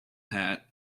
hat